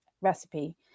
recipe